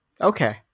Okay